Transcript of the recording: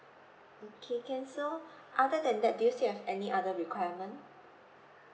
okay can so other than that do you still have any other requirement